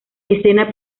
escena